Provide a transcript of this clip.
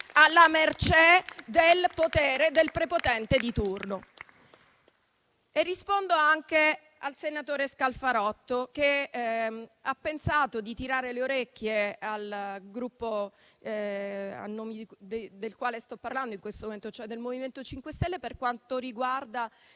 alla mercé del potere del prepotente di turno. Rispondo anche al senatore Scalfarotto, che ha pensato di tirare le orecchie al Gruppo a nome del quale sto parlando in questo momento, il MoVimento 5 Stelle, per quanto riguarda